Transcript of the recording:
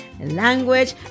language